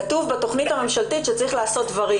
כתוב בתכנית הממשלתית שצריך לעשות דברים.